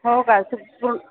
हो का